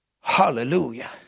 Hallelujah